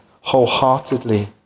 wholeheartedly